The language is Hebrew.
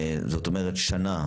בצו עצמו